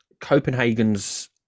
Copenhagen's